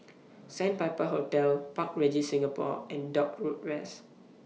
Sandpiper Hotel Park Regis Singapore and Dock Road West